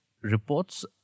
reports